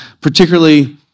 particularly